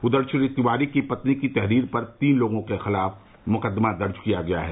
उधर श्री तिवारी की पत्नी की तहरीर पर तीन लोगों के खिलाफ मुकदमा दर्ज किया गया है